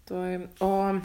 tuoj o